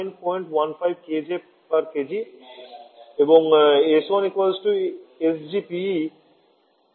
PE 23915 kJkg এবং s1 sg